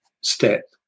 step